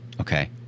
Okay